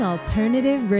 Alternative